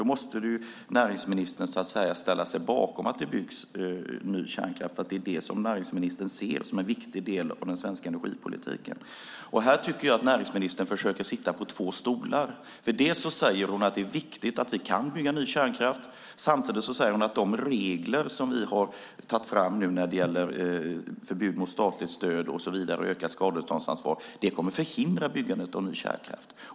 Då måste näringsministern ställa sig bakom att det byggs ny kärnkraft. Näringsministern måste se det som en viktig del av den svenska energipolitiken. Här tycker jag att näringsministern försöker sitta på två stolar. Hon säger att det är viktigt att vi kan bygga ny kärnkraft, och samtidigt säger hon att de regler som vi har tagit fram om förbud mot statligt stöd och ökat skadeståndsansvar kommer att förhindra byggandet av ny kärnkraft.